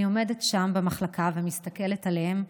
אני עומדת שם במחלקה ומסתכלת עליהם,